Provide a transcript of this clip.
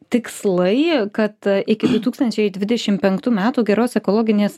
tikslai kad iki du tūkstančiai dvidešim penktų metų geros ekologinės